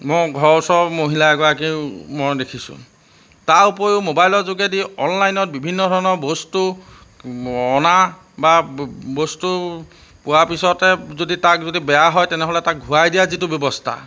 মই ঘৰৰ ওচৰৰ মহিলা এগৰাকীও মই দেখিছোঁ তাৰ উপৰিও মোবাইলৰ যোগেদি অনলাইনত বিভিন্ন ধৰণৰ বস্তু অনা বা বস্তু পোৱাৰ পিছতে যদি তাক যদি বেয়া হয় তেনেহ'লে তাক ঘূৰাই দিয়া যিটো ব্যৱস্থা